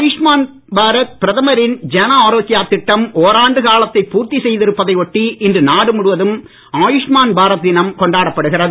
ஆயுஷ்மான் பாரத் பிரதமரின் ஜன ஆரோக்யா திட்டம் ஓராண்டு காலத்தைப் பூர்த்தி செய்திருப்பதை ஒட்டி இன்று நாடு முழுவதும் ஆயுஷ்மான் பாரத் தினம் கொண்டாடப்படுகிறது